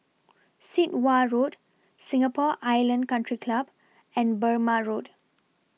Sit Wah Road Singapore Island Country Club and Burmah Road